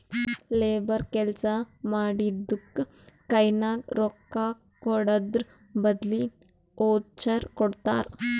labour ಕೆಲ್ಸಾ ಮಾಡಿದ್ದುಕ್ ಕೈನಾಗ ರೊಕ್ಕಾಕೊಡದ್ರ್ ಬದ್ಲಿ ವೋಚರ್ ಕೊಡ್ತಾರ್